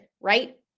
right